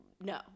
no